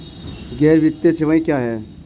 गैर वित्तीय सेवाएं क्या हैं?